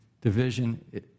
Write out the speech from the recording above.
division